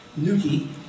Nuki